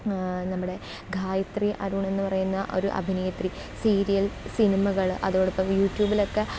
നമ്മുടെ ഗായത്രി അരുൺ എന്ന് പറയുന്ന ഒരു അഭിനേത്രി സീരിയൽ സിനിമകൾ അതോടൊപ്പം യൂട്യൂബിലൊക്കെ